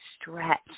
stretch